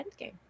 endgame